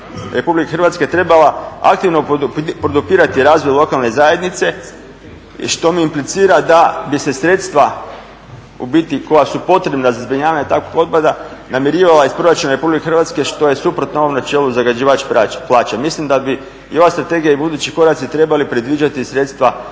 Republike Hrvatske trebala aktivno podupirati razvoj lokalne zajednice što implicira da bi se sredstva u biti koja su potrebna za zbrinjavanje takvog otpada namirivala iz Proračuna RH što je suprotno ovom načelu zagađivač plaća. Mislim da bi i ova strategija i budući koraci trebali predviđati sredstva